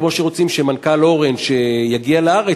כמו שרוצים שמנכ"ל "אורנג'" יגיע לארץ,